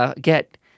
get